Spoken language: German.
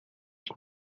ich